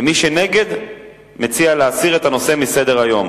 מי שנגד, מציע להסיר את הנושא מסדר-היום.